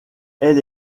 elle